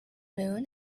moon